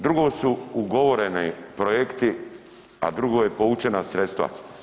Drugo su ugovoreni projekti, a drugo su povučena sredstva.